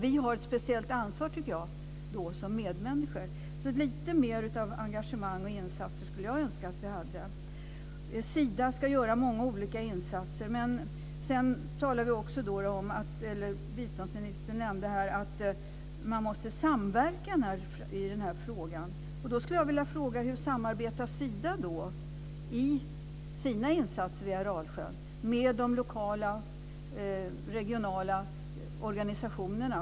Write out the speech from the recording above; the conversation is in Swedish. Vi har ett speciellt ansvar, tycker jag, som medmänniskor. Lite mer av engagemang och insatser skulle jag önska att vi hade. Sida ska göra många olika insatser. Biståndsministern nämnde att man måste samverka i denna fråga. Då skulle jag vilja fråga hur Sida samarbetar i sina insatser i Aralsjön med de lokala och regionala organisationerna.